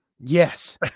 Yes